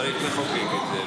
צריך לחוקק את זה.